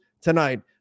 tonight